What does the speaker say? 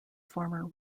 former